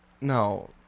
No